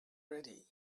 ready